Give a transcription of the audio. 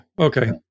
Okay